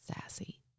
sassy